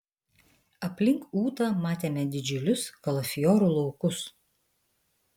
aplink ūtą matėme didžiulius kalafiorų laukus